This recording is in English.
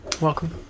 Welcome